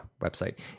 website